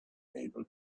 able